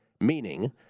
meaning